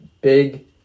big